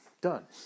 done